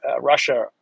Russia